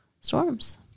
storms